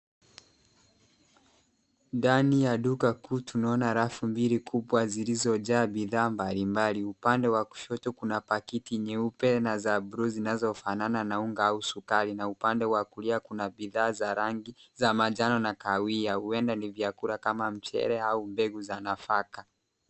Ndani ya duka kuu tunaona rafu mbili kubwa zilizojaa bidhaa mbalimbali. Upande wa kushoto kuna pakiti nyeupe na za bluu zinazofanana na unga au sukari. Na upande wa kulia kuna bidhaa za rangi za manjano na kahawia huenda ni vyakula kama mchele au mbegu za nafaka.